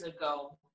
ago